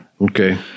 Okay